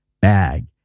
bag